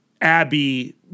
Abby